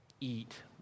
eat